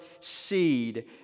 seed